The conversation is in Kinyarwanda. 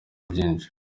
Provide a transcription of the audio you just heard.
byinshi